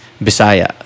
Bisaya